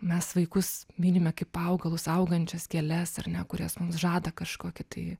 mes vaikus mylime kaip augalus augančias gėles ar ne kurias mums žada kažkokį tai